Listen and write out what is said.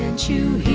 to